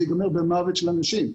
זה ייגמר במוות של אנשים.